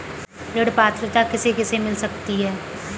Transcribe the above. ऋण पात्रता किसे किसे मिल सकती है?